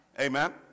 Amen